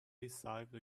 beside